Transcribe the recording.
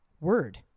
word